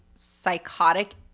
psychotic